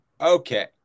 Okay